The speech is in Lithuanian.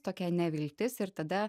tokia neviltis ir tada